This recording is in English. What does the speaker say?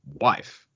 wife